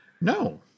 No